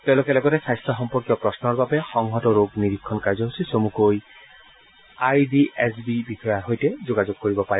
তেওঁলোকে লগতে স্বাস্থ্য সম্পৰ্কীয় প্ৰশ্নৰ বাবে সংহত ৰোগ নিৰীক্ষণ কাৰ্যসূচী চমুকৈ আই ডি এছ বি বিষয়াৰ সৈতে যোগাযোগ কৰিব পাৰে